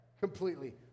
completely